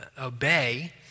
obey